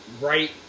right